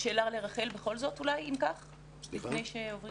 לפי שעוברים